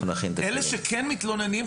אלה שכן מתלוננים,